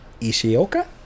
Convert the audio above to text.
Ishioka